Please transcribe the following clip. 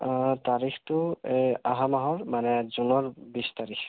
তাৰিখটো এই অহা মাহৰ মানে জুনৰ বিশ তাৰিখ